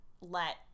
let